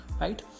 right